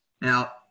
Now